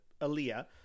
Aaliyah